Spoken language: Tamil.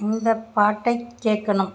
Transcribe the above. இந்த பாட்டை கேட்கணும்